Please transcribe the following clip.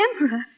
Emperor